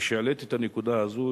כשהעליתי את הנקודה הזאת,